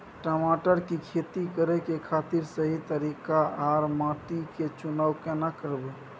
टमाटर की खेती करै के खातिर सही तरीका आर माटी के चुनाव केना करबै?